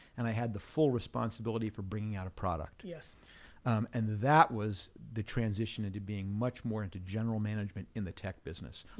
and i had the full responsibility for bringing out a product, and and that was the transition into being much more into general management in the tech business,